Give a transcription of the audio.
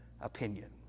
opinion